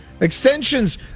Extensions